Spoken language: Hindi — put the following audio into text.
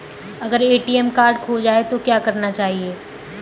अगर ए.टी.एम कार्ड खो जाए तो क्या करना चाहिए?